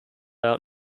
out